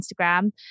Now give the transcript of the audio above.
Instagram